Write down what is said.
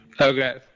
Okay